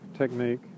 technique